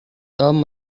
tom